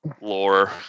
lore